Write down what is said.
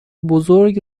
بزرگ